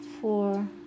four